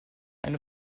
eine